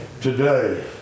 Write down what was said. today